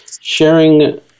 sharing